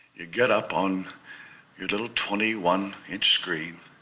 you get up on your little twenty one inch screen